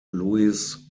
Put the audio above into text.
louis